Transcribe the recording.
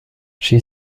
she